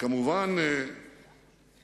והוא כמובן מבוסס